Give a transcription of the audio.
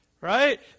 right